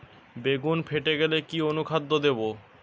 বেগুন ফেটে গেলে কি অনুখাদ্য দেবো?